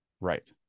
Right